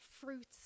fruits